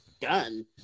done